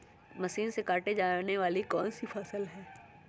Machine से काटे जाने वाली कौन सी फसल है?